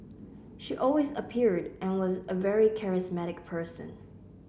she always appeared and was a very charismatic person